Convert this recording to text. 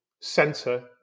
center